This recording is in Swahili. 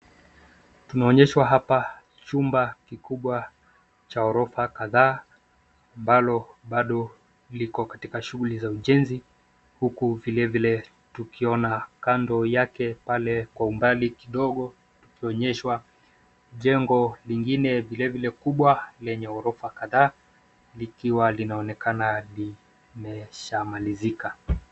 Tunaonyeshwa hapa chumba kikubwa cha orofa kadhaa ambalo bado liko kwa shughuli za ujenzi huku vile vile tukiona kando yake pale kwa umbali kidogo twa onyeshwa jengo lingine vile vile kubwa lenye orofa kadhaa likiwa linaonekana limesha malizika.